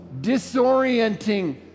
disorienting